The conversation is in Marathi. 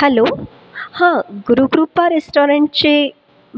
हॅलो हा गुरुकृपा रेस्टॉरंटचे